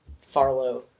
Farlow